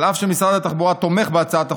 אף שמשרד התחבורה תומך בהצעת החוק,